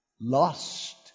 lost